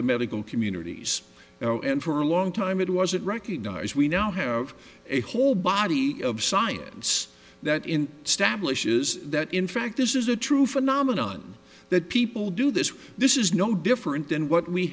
the medical communities and for a long time it wasn't recognize we now have a whole body of science that in stablish is that in fact this is a true phenomenon that people do this this is no different than what we